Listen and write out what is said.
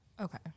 okay